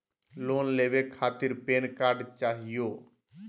Loan लेवे खातीर PAN card चाहियो?